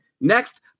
next